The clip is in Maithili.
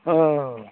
हाँ